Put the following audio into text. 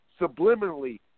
subliminally